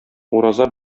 ураза